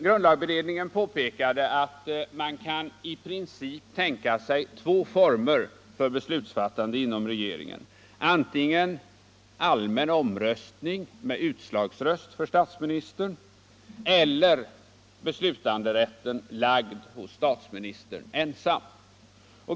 Grundlagberedningen påpekade att man i princip kan tänka sig två former för beslutsfattande inom regeringen: antingen allmän omröstning med utslagsröst för statsministern eller beslutanderätten lagd hos statsministern ensam.